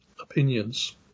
opinions